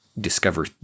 discover